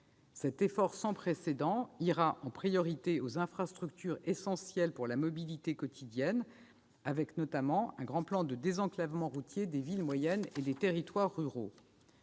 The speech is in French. Cet effort sans précédent ira en priorité aux infrastructures essentielles pour la mobilité quotidienne, avec notamment un grand plan de désenclavement routier des villes moyennes et des territoires ruraux.